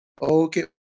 okay